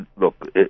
look